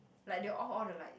like they off all the light